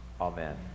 Amen